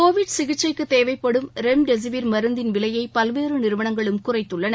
Covid சிகிச்சைக்குத் தேவைப்படும் remdesivir மருந்தின் விலையபல்வேறுநிறுவனங்களும் குறைத்துள்ளன